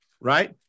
right